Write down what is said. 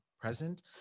present